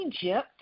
Egypt